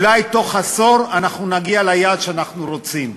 אולי בתוך עשור אנחנו נגיע ליעד שאנחנו רוצים.